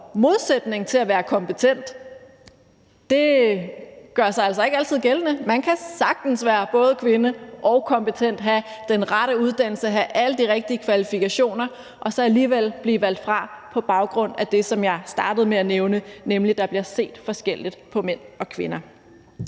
modsætning til at være kompetent. Det gør sig altså ikke altid gældende. Man kan sagtens være både kvinde og kompetent, have den rette uddannelse og alle de rigtige kvalifikationer og alligevel blive valgt fra på grund af det, som jeg startede med at nævne, nemlig at der bliver set forskelligt på mænd og kvinder.